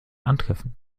antreffen